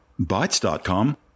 Bytes.com